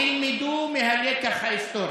תלמדו מהלקח ההיסטורי.